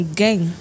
gang